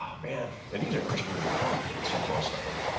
um man, and these are christian reform kids most of